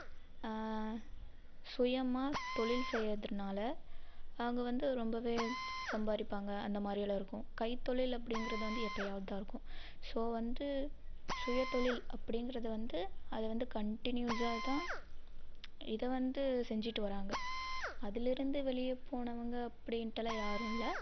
சுயமாக தொழில் செய்யறதுனால் அவங்க வந்து ரொம்பவே சம்பாதிப்பங்க அந்தமாதிரியெல்லாம் இருக்கும் கைத்தொழில் அப்படிங்கிறது வந்து எப்போயாவது தான் இருக்கும் ஸோ வந்து சுயத்தொழில் அப்படிங்கிறது வந்து அது வந்து கண்டினியூஸாக தான் இதை வந்து செஞ்சிகிட்டு வராங்க அதிலருந்து வெளியே போனவங்க அப்படின்டெல்லாம் யாரும் இல்லை